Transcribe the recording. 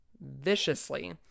Viciously